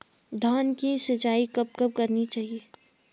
धान की सिंचाईं कब कब करनी चाहिये?